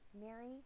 Mary